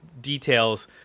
details